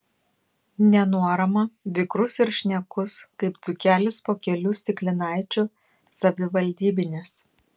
nenuorama vikrus ir šnekus kaip dzūkelis po kelių stiklinaičių savivaldybinės